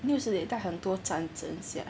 六十年代很多战争 sia